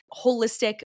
holistic